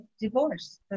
divorce